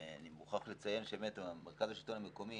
ואני מוכרח לציין שבאמת המרכז השלטון המקומי